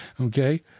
okay